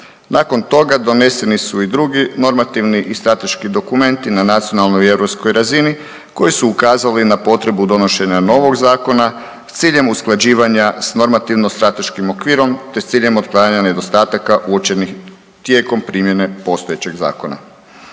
Nakon toga, doneseni su i drugi normativni i strateški dokumenti na nacionalnoj i europskoj razini, koji su ukazali na potrebu donošenja novog zakona s ciljem usklađivanja s normativno-strateškim okvirom te s ciljem otklanjanja nedostataka uočenih tijekom primjene postojećeg zakona.